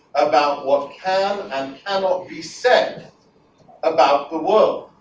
about what can and cannot be said about the world,